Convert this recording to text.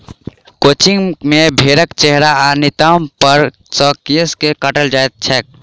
crutching मे भेंड़क चेहरा आ नितंब पर सॅ केश के काटल जाइत छैक